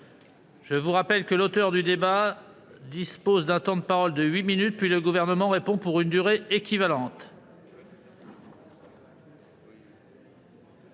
Je rappelle que l'auteur de la demande dispose d'un temps de parole de huit minutes, puis le Gouvernement répond pour une durée équivalente.